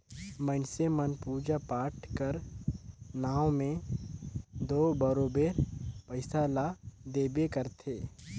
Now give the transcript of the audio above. मइनसे मन पूजा पाठ कर नांव में दो बरोबेर पइसा ल देबे करथे